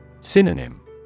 Synonym